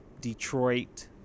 detroit